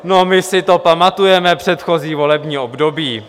No, my si to pamatujeme předchozí volební období.